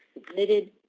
submitted,